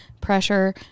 Pressure